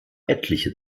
etliche